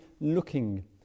looking